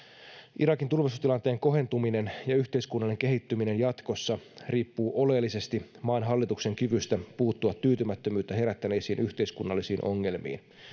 irakin turvallisuustilanteen kohentuminen ja yhteiskunnan kehittyminen jatkossa riippuu oleellisesti maan hallituksen kyvystä puuttua tyytymättömyyttä herättäneisiin yhteiskunnallisiin ongelmiin